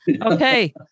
Okay